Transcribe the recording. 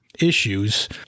issues